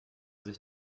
sich